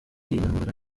intambara